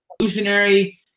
evolutionary